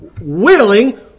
willing